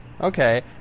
Okay